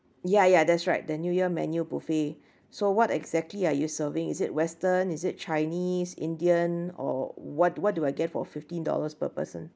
ya ya that's right the new year menu buffet so what exactly are you serving is it western is it chinese indian or what what do I get for fifteen dollars per person